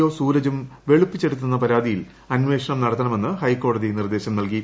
O സൂരജും വെളുപ്പിച്ചെടുത്തെന്ന് പരാതിയിൽ അന്വേഷണം നടത്തണമെന്ന് ഹൈക്കോടതി നിർദ്ദേൾം നൽകി